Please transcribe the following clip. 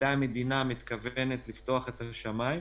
מתי המדינה מתכוונת לפתוח את השמיים.